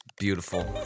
beautiful